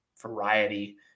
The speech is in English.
variety